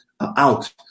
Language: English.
out